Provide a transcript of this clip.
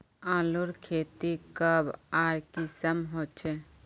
आलूर खेती कब आर कुंसम होचे?